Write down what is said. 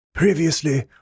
Previously